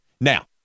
Now